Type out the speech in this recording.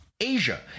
Asia